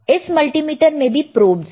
इस मल्टीमीटर में भी प्रोबस है